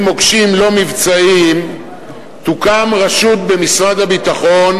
מוקשים לא מבצעיים תוקם רשות במשרד הביטחון,